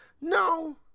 No